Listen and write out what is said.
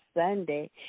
Sunday